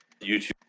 YouTube